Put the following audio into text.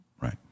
Right